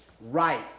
right